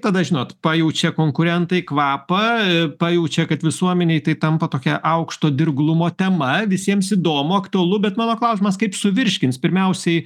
tada žinot pajaučia konkurentai kvapą pajaučia kad visuomenei tai tampa tokia aukšto dirglumo tema visiems įdomu aktualu bet mano klausimas kaip suvirškins pirmiausiai